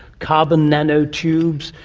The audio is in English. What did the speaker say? carbon nano-tubes,